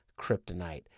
kryptonite